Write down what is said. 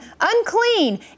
unclean